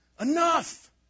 enough